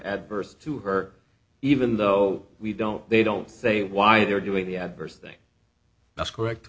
adverse to her even though we don't they don't say why they're doing the adverse thing that's correct